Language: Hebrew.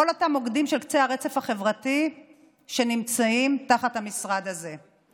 כל אותם מוקדים של קצה הרצף החברתי שנמצאים תחת המשרד הזה.